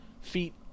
feet